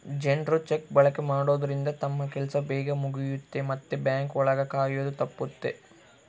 ಜನ್ರು ಚೆಕ್ ಬಳಕೆ ಮಾಡೋದ್ರಿಂದ ತಮ್ ಕೆಲ್ಸ ಬೇಗ್ ಮುಗಿಯುತ್ತೆ ಮತ್ತೆ ಬ್ಯಾಂಕ್ ಒಳಗ ಕಾಯೋದು ತಪ್ಪುತ್ತೆ